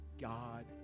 God